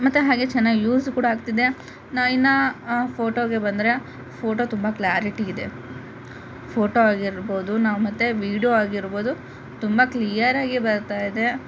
ಮತ್ತೆ ಹಾಗೆ ಚೆನ್ನಾಗಿ ಯೂಸ್ ಕೂಡ ಆಗ್ತಿದೆ ನಾ ಇನ್ನು ಫೋಟೋಗೆ ಬಂದರೆ ಫೋಟೋ ತುಂಬ ಕ್ಲ್ಯಾರಿಟಿ ಇದೆ ಫೋಟೋ ಆಗಿರ್ಬೋದು ನಾವು ಮತ್ತೆ ವಿಡೋ ಆಗಿರ್ಬೋದು ತುಂಬ ಕ್ಲಿಯರ್ ಆಗಿ ಬರ್ತಾಯಿದೆ